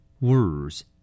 Words